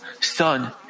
son